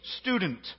student